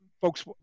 folks